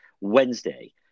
Wednesday